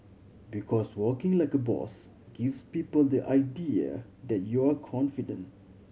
because walking like a boss gives people the idea that you are confident